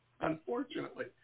unfortunately